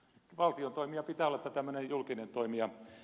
valtion toimija pitää olla tämmöinen julkinen toimija